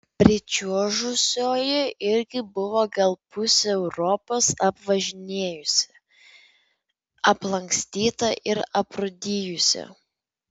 pričiuožusioji irgi buvo gal pusę europos apvažinėjusi aplankstyta ir aprūdijusi